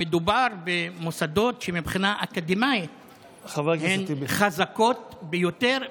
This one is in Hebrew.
מדובר במוסדות שמבחינה אקדמית הם חזקים ביותר.